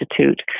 Institute